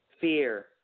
Fear